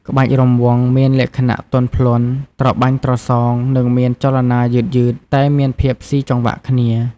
ក្បាច់រាំវង់មានលក្ខណៈទន់ភ្លន់ ត្របាញ់ត្រសង និងមានចលនាយឺតៗ តែមានភាពស៊ីចង្វាក់គ្នា។